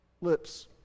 lips